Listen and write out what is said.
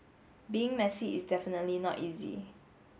being messy is definitely not easy